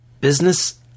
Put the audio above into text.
Business